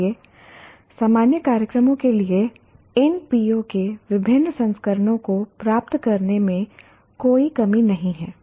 इसलिए सामान्य कार्यक्रमों के लिए इन PO के विभिन्न संस्करणों को प्राप्त करने में कोई कमी नहीं है